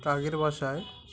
কাকের বাসায়